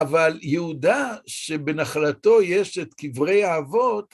אבל יהודה שבנחלתו יש את קברי האבות,